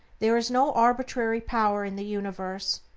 there is no arbitrary power in the universe,